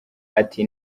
ati